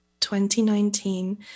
2019